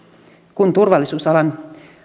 turvallisuusalan